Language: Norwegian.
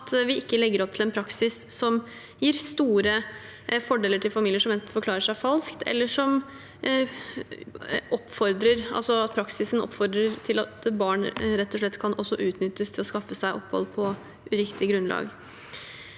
legger opp til en praksis som gir store fordeler til familier som forklarer seg falskt, eller en praksis som oppfordrer til at barn rett og slett kan utnyttes til å skaffe seg opphold på uriktig grunnlag.